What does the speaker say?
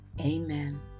Amen